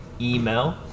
email